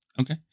Okay